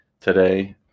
today